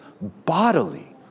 bodily